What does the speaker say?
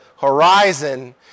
horizon